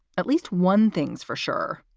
at least one thing's for sure,